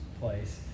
place